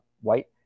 white